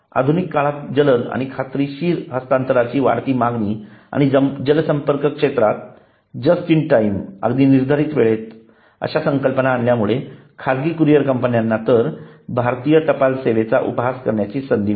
आधुनिक काळात जलद आणि खात्रीशीर हस्तांतरणाची वाढती मागणी आणि संपर्क क्षेत्रात जस्ट इन टाईम अगदी निर्धारित वेळेत अश्या संकल्पना आणल्यामुळे खाजगी कुरिअर कंपन्यांना तर भारतीय टपाल सेवेचा उपहास करण्याची संधी मिळते